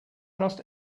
trust